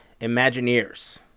Imagineers